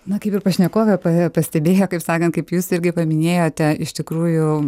na kaip ir pašnekovė pa pastebėjo kaip sakant kaip jūs irgi paminėjote iš tikrųjų